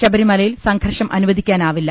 ശബരിമലയിൽ സംഘർഷം അനുവദിക്കാനാവില്ല